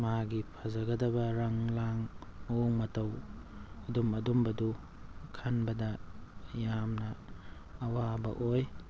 ꯃꯥꯒꯤ ꯐꯖꯒꯗꯕ ꯔꯪ ꯂꯥꯡ ꯃꯑꯣꯡ ꯃꯇꯧ ꯑꯗꯨꯝ ꯑꯗꯨꯝꯕꯗꯨ ꯈꯟꯕꯗ ꯌꯥꯝꯅ ꯑꯋꯥꯕ ꯑꯣꯏ